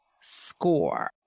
score